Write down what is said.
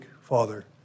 Father